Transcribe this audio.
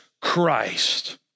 Christ